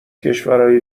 کشورای